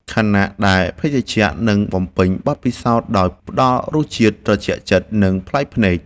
ខណៈដែលភេសជ្ជៈនឹងបំពេញបទពិសោធន៍ដោយផ្តល់រសជាតិត្រជាក់ចិត្ត និងប្លែកភ្នែក។